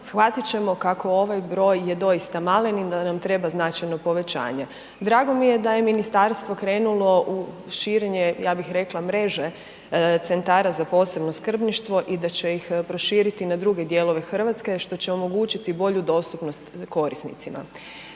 shvatiti ćemo kako ovaj broj je doista malen i da nam treba značajno povećanje. Drago mi je da je ministarstvo krenulo u širenje, ja bih rekla mreže centara za posebno skrbništvo i da će ih proširiti na druge dijelove Hrvatske, što će omogućiti bolju dostupnost korisnicima.